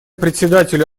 председателю